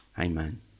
Amen